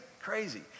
crazy